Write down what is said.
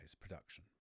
production